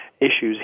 issues